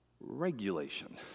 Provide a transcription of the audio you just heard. regulation